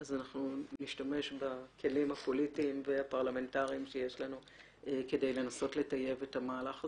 אז אנחנו נשתמש בכלים הפוליטיים והפרלמנטרים שיש לנו כדי לקדם מהלך זה.